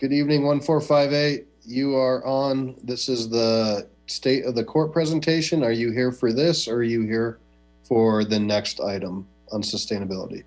good evening one four five eight you are on this is the state of the court presentation are you here for this or are you here for the next item unsustainability